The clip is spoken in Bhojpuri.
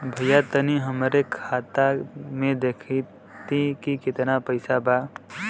भईया तनि हमरे खाता में देखती की कितना पइसा बा?